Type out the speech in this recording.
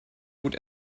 gut